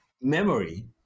memory